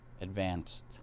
Advanced